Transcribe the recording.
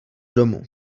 domu